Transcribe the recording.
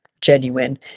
genuine